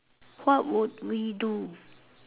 what would we do